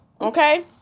okay